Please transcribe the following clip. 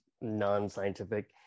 non-scientific